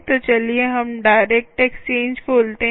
तो चलिए हम डायरेक्ट एक्सचेंज खोलते हैं